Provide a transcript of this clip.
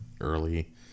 early